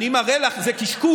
אני מראה לך, זה קשקוש.